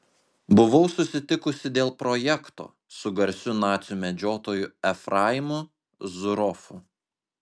buvau susitikusi dėl projekto su garsiu nacių medžiotoju efraimu zuroffu